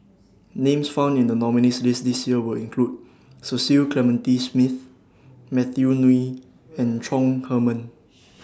Names found in The nominees' list This Year Will include Cecil Clementi Smith Matthew Ngui and Chong Heman